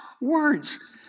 words